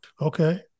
Okay